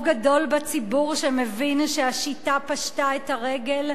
גדול בציבור שמבין שהשיטה פשטה את הרגל,